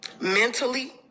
mentally